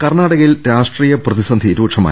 കർണ്ണാടകയിൽ രാഷ്ട്രീയ പ്രതിസന്ധി രൂക്ഷമായി